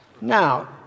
Now